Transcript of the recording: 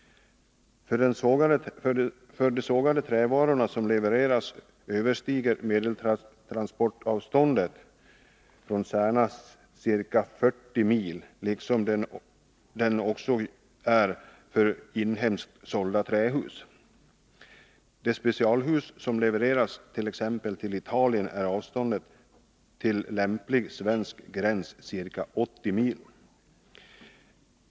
För de sågade trävaror som levereras från Särna överstiger medeltransportavståndet ca 40 mil, liksom också för de inhemskt sålda trähusen. För de specialhus som levereras till t.ex. Italien är avståndet till lämplig svensk gräns ca 80 mil.